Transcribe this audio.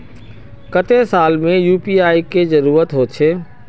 केते साल में यु.पी.आई के जरुरत होचे?